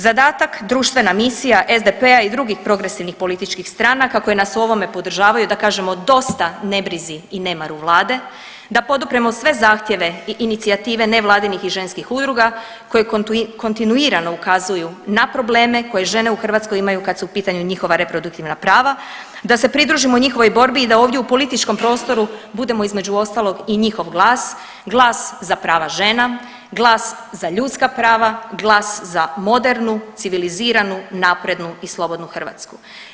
Zadatak, društvena misija SDP-a i drugih progresivnim političkih stranaka koje nas u ovome podržavaju da kažemo dosta nebrizi i nemaru vlade, da podupremo sve zahtjeve i inicijative nevladinih i ženskih udruga koje kontinuirano ukazuju na probleme koje žene u Hrvatskoj imaju kad su u pitanju njihova reproduktivna prava, da se pridružimo njihovoj borbi i da ovdje u političkom prostoru budemo između ostalog i njihov glas, glas za prava žena, glas za ljudska prava, glas za modernu, civiliziranu, naprednu i slobodnu Hrvatsku.